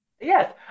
Yes